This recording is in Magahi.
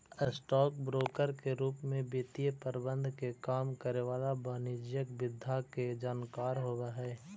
स्टॉक ब्रोकर के रूप में वित्तीय प्रबंधन के काम करे वाला वाणिज्यिक विधा के जानकार होवऽ हइ